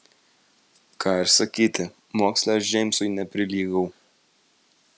ką ir sakyti moksle aš džeimsui neprilygau